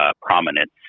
prominence